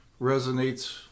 resonates